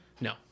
No